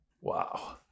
Wow